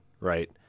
right